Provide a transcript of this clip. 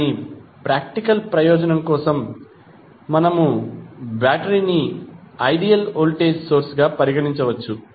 కానీ ప్రాక్టికల్ ప్రయోజనం కోసం మనము బ్యాటరీని ఐడియల్ వోల్టేజ్ సోర్స్ గా పరిగణించవచ్చు